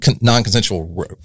non-consensual